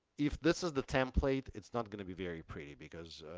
if this is the template, it's not gonna be very pretty because,